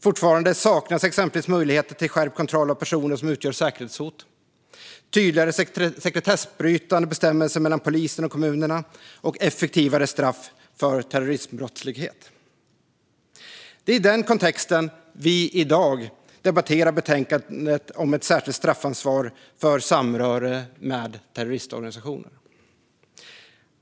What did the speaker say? Fortfarande saknas exempelvis möjligheter till skärpt kontroll av personer som utgör säkerhetshot, tydligare sekretessbrytande bestämmelser mellan polisen och kommunerna och effektivare straff för terrorismbrottslighet. Det är i denna kontext som vi i dag debatterar betänkandet om ett särskilt straffansvar för samröre med en terroristorganisation.